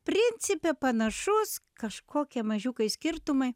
principe panašus kažkokie mažiukai skirtumai